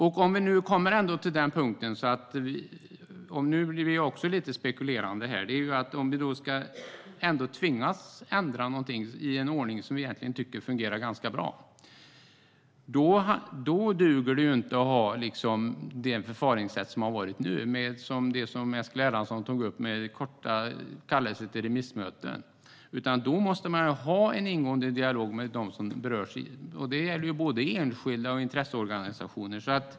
Om det skulle komma till den punkten att vi - nu blir det lite spekulationer här - ändå tvingas ändra en ordning som vi tycker fungerar ganska bra duger det inte att ha det förfaringssätt som vi haft nu, med korta kallelser till remissmöten, vilket Eskil Erlandsson tog upp. Då måste man ha en ingående dialog med dem som berörs. Det gäller både enskilda och intresseorganisationer.